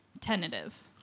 Tentative